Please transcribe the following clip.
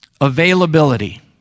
Availability